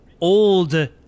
old